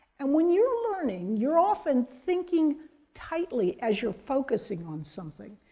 and when you're learning, you're often thinking tightly, as you're focusing on something.